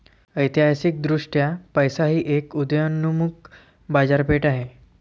ऐतिहासिकदृष्ट्या पैसा ही एक उदयोन्मुख बाजारपेठ आहे